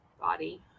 body